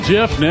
Jeff